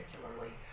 particularly